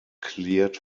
cleared